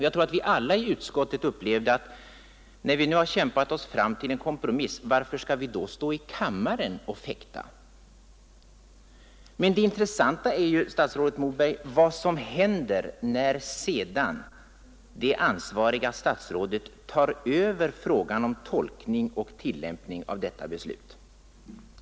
Jag tror att vi alla i utskottet upplevde det så att, när vi hade kämpat oss fram till en kompromiss, det inte fanns anledning för oss att stå i kammaren och fäkta. Men det betydelsefulla är ju, statsrådet Moberg, vad som händer när sedan det ansvariga statsrådet övertar tolkningen och tillämpningen av detta beslut.